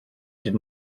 did